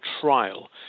trial